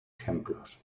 ejemplos